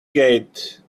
gate